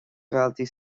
dhaltaí